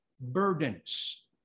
burdens